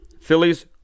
Phillies